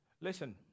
Listen